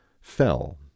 fell